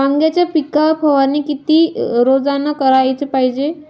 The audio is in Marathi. वांग्याच्या पिकावर फवारनी किती रोजानं कराच पायजे?